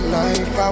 life